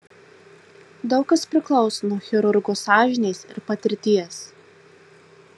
daug kas priklauso nuo chirurgo sąžinės ir patirties